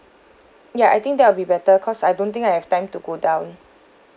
ya I think that'll be better cause I don't think I have time to go down